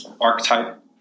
archetype